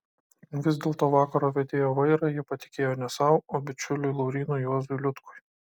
vis dėlto vakaro vedėjo vairą ji patikėjo ne sau o bičiuliui laurynui juozui liutkui